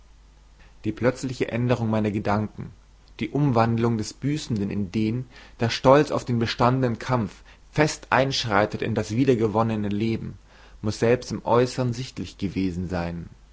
die plötzliche änderung meiner gedanken die umwandlung des büßenden in den der stolz auf den bestandenen kampf fest einschreitet in das wiedergewonnene leben muß selbst im äußern sichtlich gewesen sein